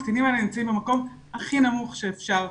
הקטינים האלה נמצאים במקום הכי נמוך שאפשר,